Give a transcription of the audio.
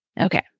okay